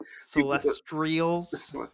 Celestials